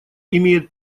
имеет